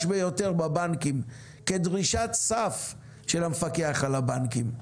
ביותר בבנקים כדרישת סף של המפקח על הבנקים.